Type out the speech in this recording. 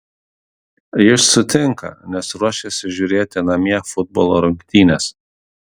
jis sutinka nes ruošiasi žiūrėti namie futbolo rungtynes